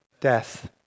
Death